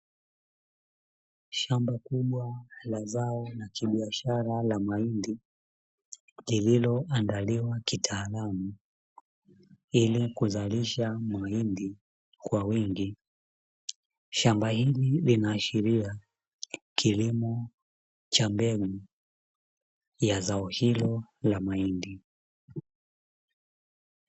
Shamba kubwa la zao la kibiashara la mahindi lililoandaliwa kitaalamu ili kuzalisha mahindi kwa wingi. Shamba hili linaashiria kilimo cha mbegu ya zao hilo la mahindi.